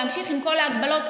להמשיך עם כל ההגבלות,